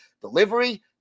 delivery